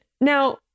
now